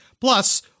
Plus